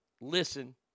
listen